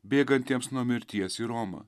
bėgantiems nuo mirties į romą